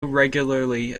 regularly